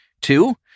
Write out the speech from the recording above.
Two